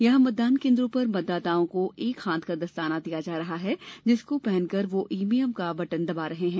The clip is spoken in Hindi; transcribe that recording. यहाँ मतदान केन्द्रों पर मतदाताओं को एक हाथ का दस्ताना दिया जा रहा है जिसको पहन कर वह ईवीएम का बटन दबा रहे हैं